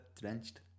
drenched